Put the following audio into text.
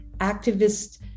activists